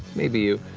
maybe you.